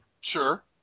Sure